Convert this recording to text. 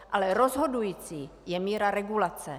Ale rozhodující je míra regulace.